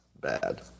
bad